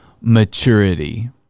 maturity